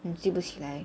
你记不起来